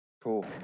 Cool